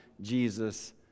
Jesus